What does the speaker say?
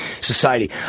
society